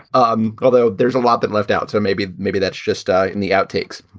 um although there's a lot that left out. so maybe, maybe that's just ah in the outtakes.